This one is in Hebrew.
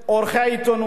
שעורכי העיתונות